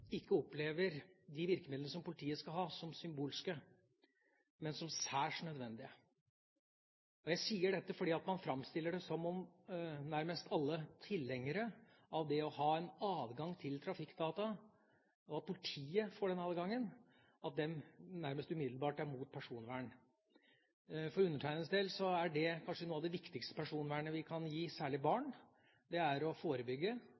ikke opplever de virkemidlene som politiet skal ha, som symbolske, men som særs nødvendige. Jeg sier dette fordi man framstiller det som om alle tilhengere av det å ha en adgang til trafikkdata og at politiet får denne adgangen, nærmest umiddelbart er mot personvern. For undertegnedes del er det å forebygge kanskje noe av det viktigste personvernet vi kan gi særlig barn, og når skaden er